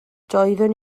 doeddwn